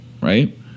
right